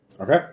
Okay